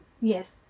yes